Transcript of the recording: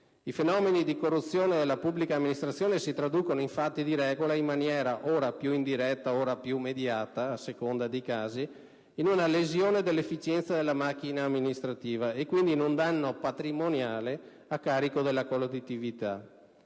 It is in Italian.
I fenomeni di corruzione della pubblica amministrazione si traducono infatti di regola (in maniera ora più indiretta ora più mediata, a seconda dei casi) in una lesione dell'efficienza della macchina amministrativa e, quindi, in un danno patrimoniale a carico della collettività.